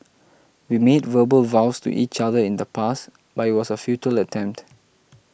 we made verbal vows to each other in the past but it was a futile attempt